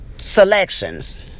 selections